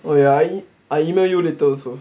wait I I email you later also